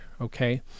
okay